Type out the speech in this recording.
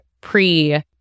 pre